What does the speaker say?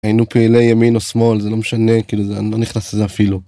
היינו פעילי ימין או שמאל זה לא משנה, כאילו אני לא נכנס לזה אפילו.